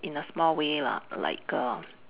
in a small way lah like err